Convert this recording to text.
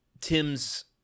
Tim's